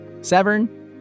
Severn